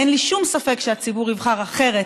אין לי שום ספק שהציבור יבחר אחרת